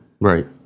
Right